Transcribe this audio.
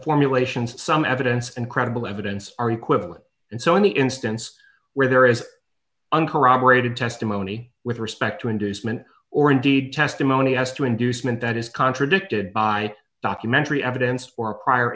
formulation some evidence and credible evidence are equivalent and so any instance where there is uncorroborated testimony with respect to inducement or indeed testimony as to inducement that is contradicted by documentary evidence or a prior